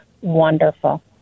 wonderful